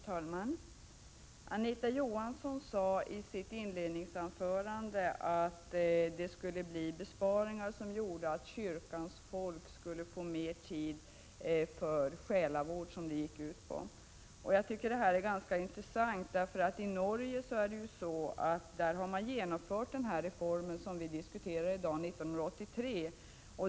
Herr talman! Anita Johansson sade i sitt inledningsanförande att det skulle bli besparingar som gjorde att kyrkans folk skulle få mer tid till själavård. Jag tycker det här är ganska intressant, för i Norge genomförde de denna reform 1983.